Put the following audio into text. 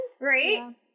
Right